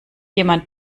jemand